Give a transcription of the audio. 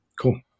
cool